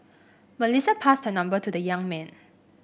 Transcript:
Melissa passed her number to the young man